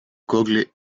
google